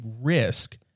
risk